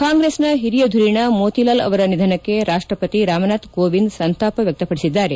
ಕಾಂಗ್ರೆಸ್ ಹಿರಿಯ ಧುರೀಣ ಮೋತಿಲಾಲ್ ಅವರ ನಿಧನಕ್ಕೆ ರಾಷ್ಟಪತಿ ರಾಮನಾಥ್ ಕೋವಿಂದ್ ಸಂತಾಪ ವ್ಯಕ್ತಪಡಿಸಿದ್ದಾರೆ